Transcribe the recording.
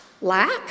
Lack